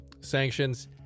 sanctions